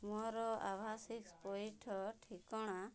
ମୋର ଆଭାଶିଷ ପଇଠ ଠିକଣା